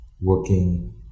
working